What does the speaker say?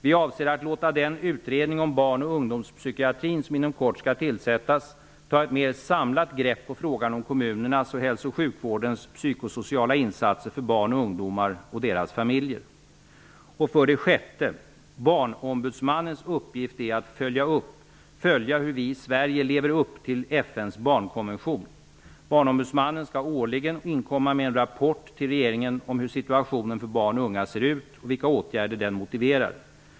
Vi avser att låta den utredning om barn och ungdomspsykiatrin som inom kort skall tillsättas ta ett mer samlat grepp på frågan om kommunernas och hälso och sjukvårdens psykosociala insatser för barn och ungdomar och deras familjer. 6. Barnombudsmannens uppgift är att följa hur vi i Sverige lever upp till FN:s barnkonvention. Barnombudsmannen skall årligen inkomma med en rapport till regeringen om hur situationen för barn och unga ser ut och vilka åtgärder den motiverar.